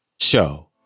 Show